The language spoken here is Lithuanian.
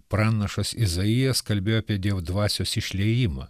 pranašas izaijas kalbėjo apie dievo dvasios išliejimą